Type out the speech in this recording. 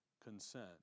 consent